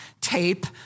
tape